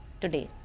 today